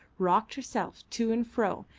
rocked herself to and fro,